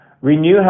Renew